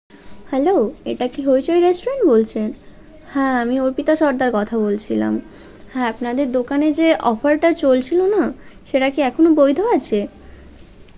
hello এটা কি Hoichoi restaurant বলছেন হ্যাঁ আমি অর্পিতা সর্দার কথা বলছিলাম হ্যাঁ আপনাদের দোকানে যে অফারটা চলছিলো না সেটা কি এখনো বৈধ আছে